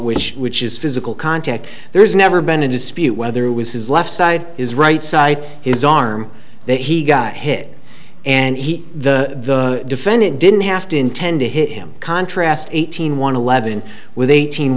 which which is physical contact there's never been a dispute whether it was his left side his right side his arm that he got hit and he the defendant didn't have to intend to hit him contrast eighteen want to levon with eighteen